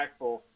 impactful